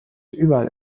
überall